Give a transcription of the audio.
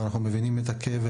אנחנו מבינים את הכאב,